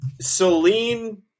Celine